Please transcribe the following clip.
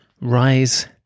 rise